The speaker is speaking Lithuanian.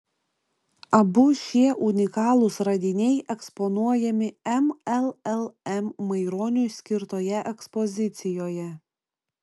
abu šie unikalūs radiniai eksponuojami mllm maironiui skirtoje ekspozicijoje